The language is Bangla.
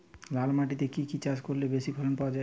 লাল মাটিতে কি কি চাষ করলে বেশি ফলন পাওয়া যায়?